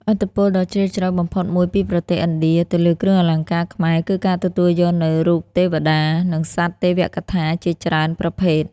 ឥទ្ធិពលដ៏ជ្រាលជ្រៅបំផុតមួយពីប្រទេសឥណ្ឌាទៅលើគ្រឿងអលង្ការខ្មែរ គឺការទទួលយកនូវរូបទេវតា និងសត្វទេវកថាជាច្រើនប្រភេទ។